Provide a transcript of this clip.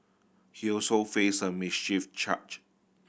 he also face a mischief charge